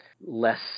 less